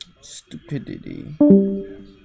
stupidity